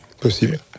possible